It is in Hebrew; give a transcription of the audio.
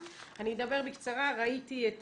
ראיתי את